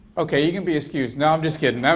ok, you can be excused. no, i'm just kidding,